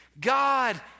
God